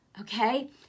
okay